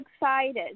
excited